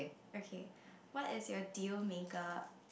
okay what is your deal maker